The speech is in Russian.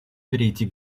перейти